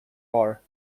are